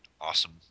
Awesome